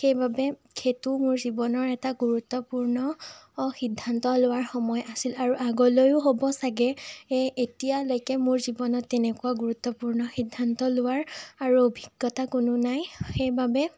সেইবাবে সেইটো মোৰ জীৱনৰ এটা গুৰুত্বপূৰ্ণ সিদ্ধান্ত লোৱাৰ সময় আছিল আৰু আগলৈও হ'ব চাগৈ এতিয়ালৈকে মোৰ জীৱনত তেনেকুৱা গুৰুত্বপূৰ্ণ সিদ্ধান্ত লোৱাৰ আৰু অভিজ্ঞতা কোনো নাই সেইবাবে